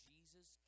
Jesus